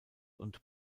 und